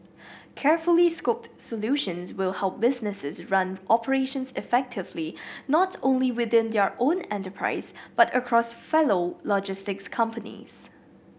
carefully scoped solutions will help businesses run operations effectively not only within their own enterprise but across fellow logistics companies